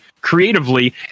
creatively